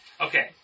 Okay